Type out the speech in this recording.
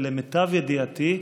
ולמיטב ידיעתי,